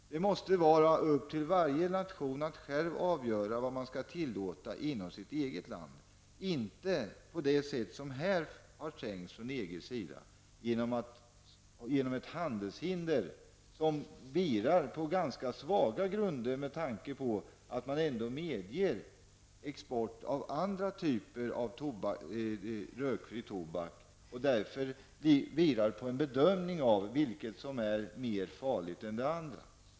Det måste vara upp till varje nation att själv avgöra vad man skall tillåta inom det egna landet. Det skall inte gå till på det sätt som har tänkts från EGs sida, genom ett handelshinder som vilar på ganska svaga grunder med tanke på att man ändå medger export av andra typer av rökfri tobak. EGs inställning grundar sig på en bedömning av vilket som är mer farligt än det andra.